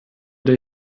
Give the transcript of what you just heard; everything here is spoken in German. der